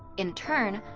in turn,